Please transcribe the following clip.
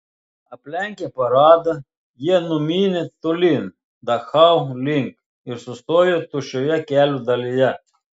aplenkę paradą jie numynė tolyn dachau link ir sustojo tuščioje kelio dalyje